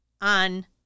on